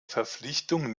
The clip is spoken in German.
verpflichtung